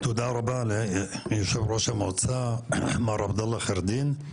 תודה רבה ליושב-ראש המועצה, מר עבדאללה חירלאדין.